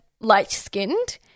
light-skinned